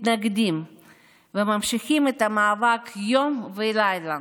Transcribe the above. מתנגדים וממשיכים את המאבק יום ולילה